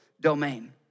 domain